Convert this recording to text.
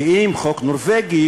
כי אם חוק נורבגי,